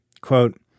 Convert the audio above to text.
Quote